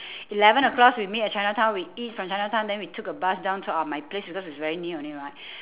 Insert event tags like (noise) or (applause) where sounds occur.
(breath) eleven o'clock we meet at chinatown we eat from chinatown then we took a bus down to uh my place because it's very near only right (breath)